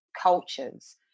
cultures